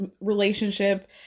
relationship